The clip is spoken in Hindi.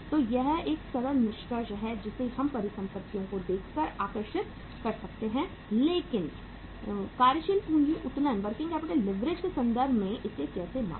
तो यह एक सरल निष्कर्ष है जिसे हम परिसंपत्तियों को देखकर आकर्षित कर सकते हैं लेकिन कार्यशील पूंजी उत्तोलन वर्किंग कैपिटल लीवरेज के संदर्भ में इसे कैसे मापें